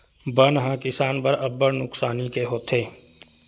बन ह किसान बर अब्बड़ नुकसानी के होथे